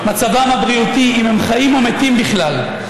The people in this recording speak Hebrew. מצבם הבריאותי, אם הם חיים או מתים בכלל.